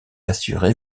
assurée